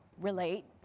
relate